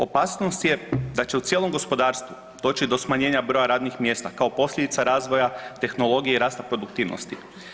Opasnost je da će u cijelom gospodarstvu doći do smanjenja broja radnih mjesta kao posljedica razvoja tehnologije i rasta produktivnosti.